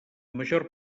major